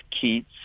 kids